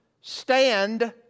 Stand